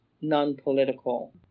non-political